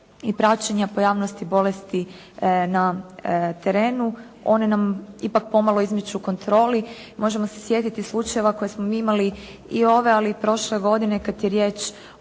i praćenja pojavnosti bolesti na terenu, one nam ipak pomalo izmiču kontroli. Možemo se sjetiti slučajeva koje smo mi imali i ove, ali i prošle godine, kad je riječ